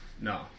No